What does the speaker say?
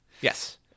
Yes